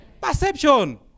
Perception